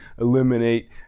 eliminate